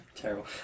Terrible